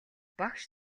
багш